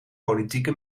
politieke